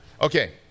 Okay